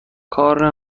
کار